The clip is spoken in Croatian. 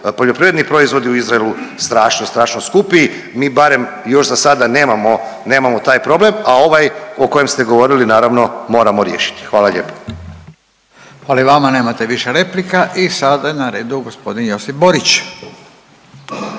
poljoprivredni proizvodi u Izraelu strašno, strašno skupi, mi barem još zasada nemamo, nemamo taj problem, a ovaj o kojem ste govorili naravno moramo riješiti, hvala lijepo. **Radin, Furio (Nezavisni)** Hvala i vama, nemate više replika. I sada je na redu g. Josip Borić,